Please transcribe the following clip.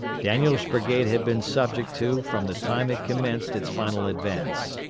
daniel's brigade had been subject to from the time it commenced its final advance.